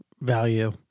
value